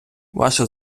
ваше